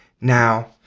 Now